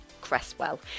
cresswell